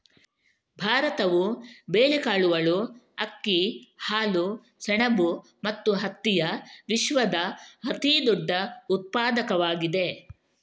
ಭಾರತವು ಬೇಳೆಕಾಳುಗಳು, ಅಕ್ಕಿ, ಹಾಲು, ಸೆಣಬು ಮತ್ತು ಹತ್ತಿಯ ವಿಶ್ವದ ಅತಿದೊಡ್ಡ ಉತ್ಪಾದಕವಾಗಿದೆ